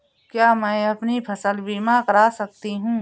क्या मैं अपनी फसल बीमा करा सकती हूँ?